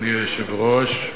אדוני היושב-ראש,